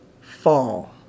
fall